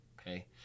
okay